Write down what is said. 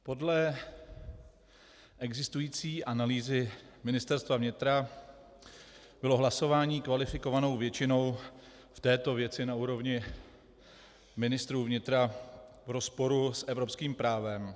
Podle existující analýzy Ministerstva vnitra bylo hlasování kvalifikovanou většinou v této věci na úrovni ministrů vnitra v rozporu s evropským právem.